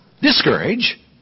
discourage